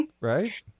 right